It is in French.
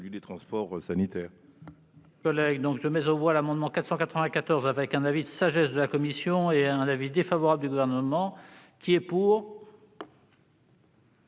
des transports sanitaires.